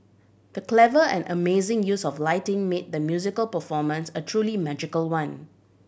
the clever and amazing use of lighting made the musical performance a truly magical one